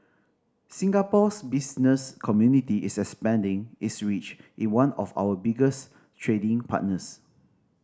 Singapore's business community is expanding its reach in one of our biggest trading partners